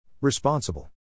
Responsible